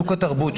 שוק התרבות,